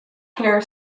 hair